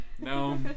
no